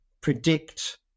predict